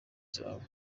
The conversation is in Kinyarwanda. zawe